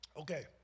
Okay